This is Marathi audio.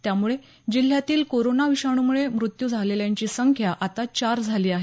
त्यामुळे जिल्ह्यातील कोरोना विषाणमुळे मृत्यू झालेल्यांची संख्या आता चार झाली आहे